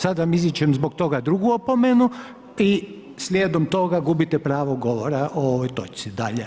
Sada vam izričem zbog toga drugu opomenu i slijedom toga, gubite pravo govora o ovoj točci dalje.